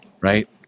right